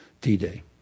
d-day